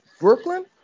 Brooklyn